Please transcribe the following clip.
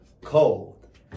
Cold